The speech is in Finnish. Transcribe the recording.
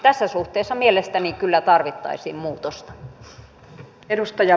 tässä suhteessa mielestäni kyllä tarvittaisiin muutosta